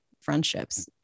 friendships